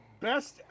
best